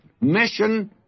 mission